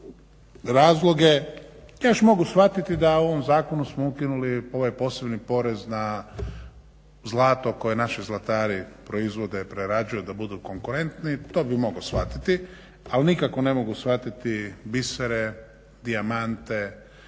razloge, ja još mogu shvatiti da u ovom zakonu smo ukinuli ovaj posebni porez na zlato koje naši zlatari proizvode, prerađuju da budu konkurentni, to bi mogao shvatiti, ali nikako ne mogu shvatiti bisere, dijamante,